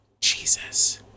Jesus